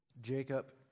Jacob